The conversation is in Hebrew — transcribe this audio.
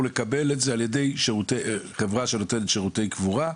לקבל שירותי קבורה מחברה שנותנת שירותי קבורה בלבד.